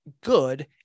good